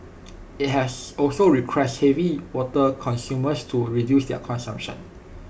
IT has also requested heavy water consumers to reduce their consumption